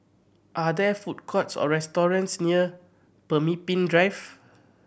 are there food courts or restaurants near Pemimpin Drive